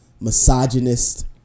misogynist